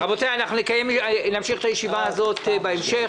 רבותי, נמשיך את הישיבה הזאת בהקדם.